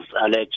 alleged